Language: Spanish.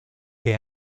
que